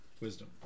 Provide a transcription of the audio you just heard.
Wisdom